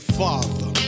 father